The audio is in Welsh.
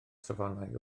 safonau